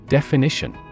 Definition